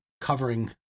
covering